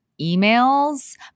emails